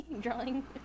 drawing